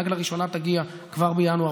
נגלה ראשונה תגיע כבר בינואר,